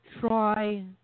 try